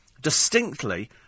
distinctly